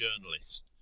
journalist